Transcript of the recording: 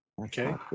Okay